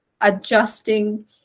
adjusting